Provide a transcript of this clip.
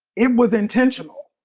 it was intentional.